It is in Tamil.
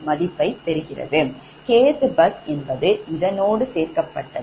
k th bus என்பது இதனோடு சேர்க்கப்பட்டது